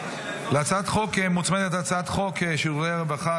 להצעת החוק מוצמדת הצעת חוק שירותי רווחה